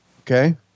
Okay